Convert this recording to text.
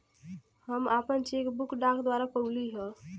हम आपन cheque book डाक द्वारा पउली है